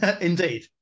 indeed